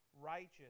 righteous